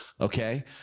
Okay